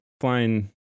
flying